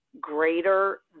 greater